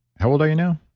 how old are you now?